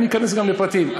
אני אכנס גם לפרטים.